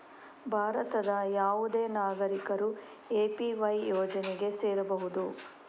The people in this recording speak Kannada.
ಭಾರತದ ಯಾವುದೇ ನಾಗರಿಕರು ಎ.ಪಿ.ವೈ ಯೋಜನೆಗೆ ಸೇರಬಹುದು